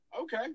Okay